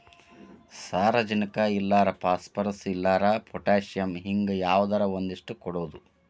ಸಾರಜನಕ ಇಲ್ಲಾರ ಪಾಸ್ಪರಸ್, ಇಲ್ಲಾರ ಪೊಟ್ಯಾಶ ಹಿಂಗ ಯಾವದರ ಒಂದಷ್ಟ ಕೊಡುದು